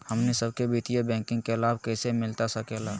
हमनी सबके वित्तीय बैंकिंग के लाभ कैसे मिलता सके ला?